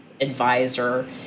advisor